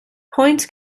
points